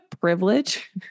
Privilege